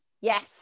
Yes